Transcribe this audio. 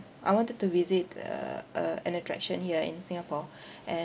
I wanted to visit uh uh an attraction here in singapore and